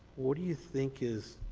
what do you think is